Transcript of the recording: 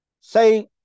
Say